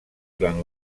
durant